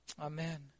Amen